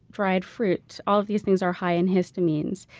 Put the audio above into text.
dried fruits all of these things are high in histamines.